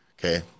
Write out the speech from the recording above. okay